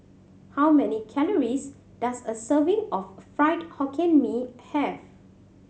how many calories does a serving of Fried Hokkien Mee have